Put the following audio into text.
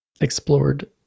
explored